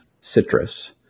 citrus